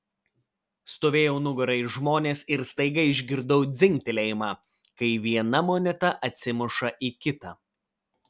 stovėjau nugara į žmones ir staiga išgirdau dzingtelėjimą kai viena moneta atsimuša į kitą